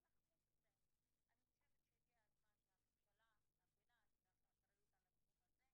אני זוכרת שהדיון הקודם התקיים לאחר שהיה